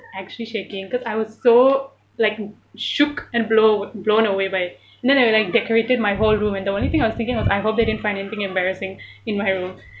actually shaking because I was so like shook and blow blown away by and then they like decorated my whole room and the only thing I was thinking I hope they didn't find anything embarrassing in my room